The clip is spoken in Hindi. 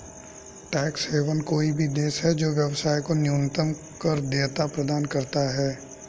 टैक्स हेवन कोई भी देश है जो व्यवसाय को न्यूनतम कर देयता प्रदान करता है